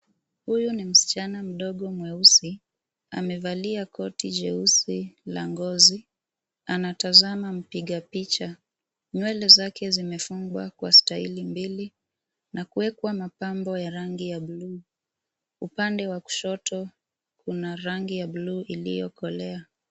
Huyu ni msichana mdogo mweusi, amevalia koti jeusi la ngozi, Anatazama mpiga picha, nywele zake zimefungwa kwa staili mbili na kuwekwa mapambo ya rangi ya bluu. Upande wa kushoto kuna rangi ya bluu iliyokolea.